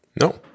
No